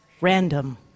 random